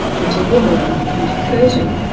into woomera, into curtin,